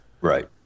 Right